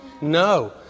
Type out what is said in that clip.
No